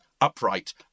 upright